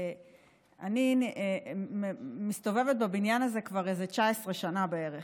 אני מסתובבת בבניין הזה כבר איזה 19 שנה בערך,